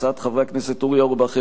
הצעות חברי הכנסת אורי אורבך,